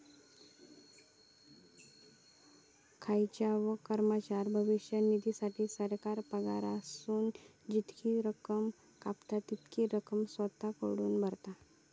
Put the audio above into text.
खायच्याव कर्मचाऱ्याच्या भविष्य निधीसाठी, सरकार पगारातसून जितकी रक्कम कापता, तितकीच रक्कम स्वतः कडसून भरता